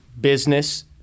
business